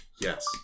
Yes